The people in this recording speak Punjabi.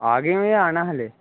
ਆ ਗਏ ਹੋ ਜਾਂ ਆਉਣਾ ਹਲੇ